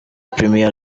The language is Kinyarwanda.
premier